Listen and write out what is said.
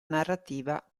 narrativa